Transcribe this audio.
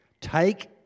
Take